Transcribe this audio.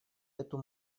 эту